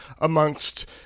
amongst